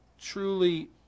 truly